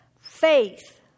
Faith